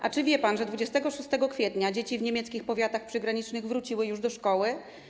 A czy wie pan, że 26 kwietnia dzieci w niemieckich powiatach przygranicznych wróciły już do szkoły?